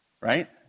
right